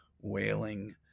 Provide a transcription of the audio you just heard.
wailing